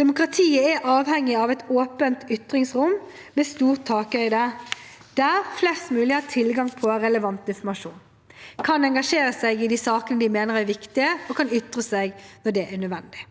Demokratiet er avhengig av et åpent ytringsrom med stor takhøyde, der flest mulig har tilgang på relevant informasjon, kan engasjere seg i de sakene de mener er viktige, og kan ytre seg når det er nødvendig.